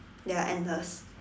ya and the